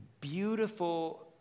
beautiful